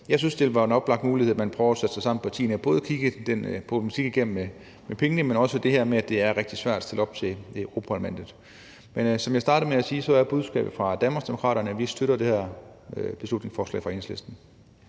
jeg synes, det er en oplagt mulighed for, at man prøver at sætte sig sammen i partierne og kigger den problematik igennem med pengene, men også det her med, at det er rigtig svært at stille op til Europa-Parlamentet. Som jeg startede med at sige, er budskabet fra Danmarksdemokraterne, at vi støtter det her beslutningsforslag fra Enhedslisten.